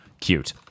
cute